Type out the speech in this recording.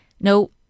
No